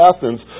Athens